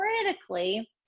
critically